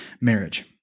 marriage